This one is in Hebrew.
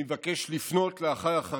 אני מבקש לפנות לאחיי החרדים: